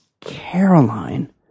Caroline